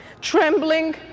Trembling